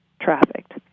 trafficked